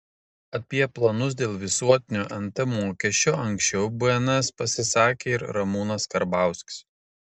apie planus dėl visuotinio nt mokesčio anksčiau bns pasisakė ir ramūnas karbauskis